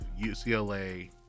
UCLA